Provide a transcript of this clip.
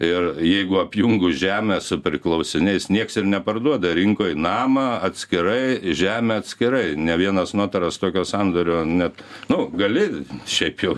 ir jeigu apjungus žemę su priklausiniais nieks ir neparduoda rinkoj namą atskirai žemę atskirai ne vienas notaras tokio sandorio net nu gali šiaip jau